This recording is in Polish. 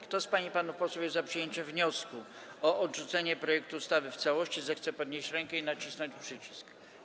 Kto z pań i panów posłów jest za przyjęciem wniosku o odrzucenie projektu ustawy w całości, zechce podnieść rękę i nacisnąć przycisk.